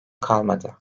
kalmadı